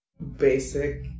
basic